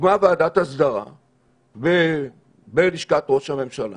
הוקמה ועדת ההסדרה בלשכת ראש הממשלה